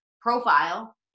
profile